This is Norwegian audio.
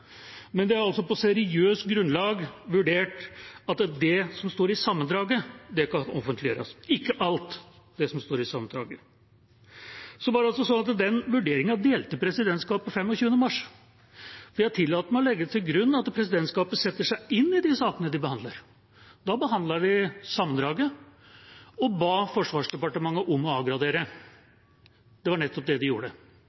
Det er altså på seriøst grunnlag vurdert at det som står i sammendraget, kan offentliggjøres – ikke alt, men det som står i sammendraget. Den vurderingen delte presidentskapet 25. mars. Jeg tillater meg å legge til grunn at presidentskapet setter seg inn i de sakene de behandler. Da behandlet de sammendraget og ba Forsvarsdepartementet om å